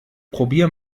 probier